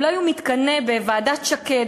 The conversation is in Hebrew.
אולי הוא מתקנא בוועדת שקד,